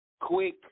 quick